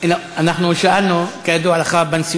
תכף יגידו לנו איפה זה